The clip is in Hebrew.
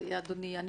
היה